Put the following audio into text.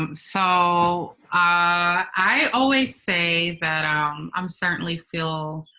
um so i always say that um i'm certainly feel,